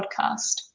podcast